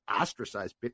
ostracized